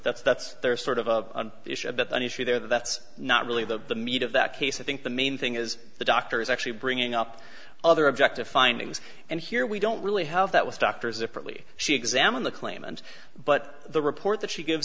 that's they're sort of a bit of an issue there that's not really the the meat of that case i think the main thing is the doctor is actually bringing up other objective findings and here we don't really have that with doctors differently she examine the claimant but the report that she gives